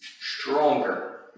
stronger